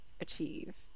achieve